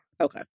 Okay